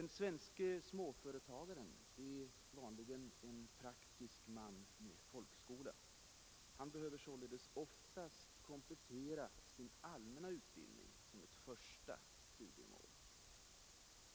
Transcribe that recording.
Den svenske småföretagaren är vanligen en praktisk man med folkskola. Han behöver således oftast som ett första studiemål komplettera sin allmänna utbildning.